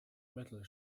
metal